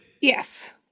Yes